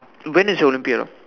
when is your Olympiad ah